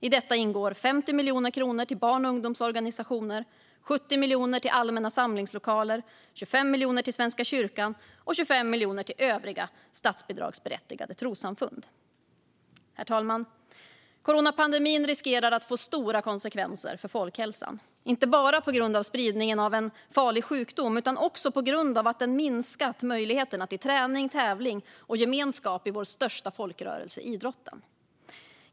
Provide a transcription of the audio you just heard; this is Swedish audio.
I detta ingår 50 miljoner kronor till barn och ungdomsorganisationer, 70 miljoner till allmänna samlingslokaler, 25 miljoner till Svenska kyrkan och 25 miljoner till övriga statsbidragsberättigade trossamfund. Herr talman! Coronapandemin riskerar att få stora konsekvenser för folkhälsan, inte bara på grund av spridningen av en farlig sjukdom utan också på grund av att den minskat möjligheterna till träning, tävling och gemenskap i vår största folkrörelse - idrotten.